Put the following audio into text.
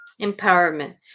Empowerment